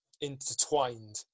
intertwined